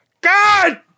God